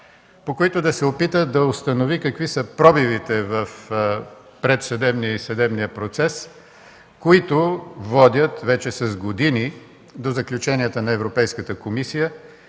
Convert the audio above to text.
по които да се опита да установи какви са пробивите в предсъдебния и съдебния процес, които водят вече с години до заключенията на Европейската комисия,